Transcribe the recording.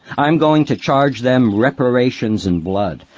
i'm going to charge them reparations in blood.